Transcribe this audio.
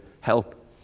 help